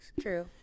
True